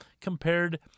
compared